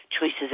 choices